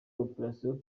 opération